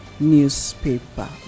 newspaper